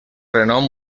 renom